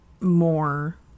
more